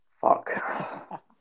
Fuck